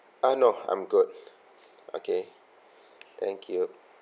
uh no I'm good okay thank you